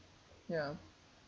ya